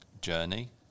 journey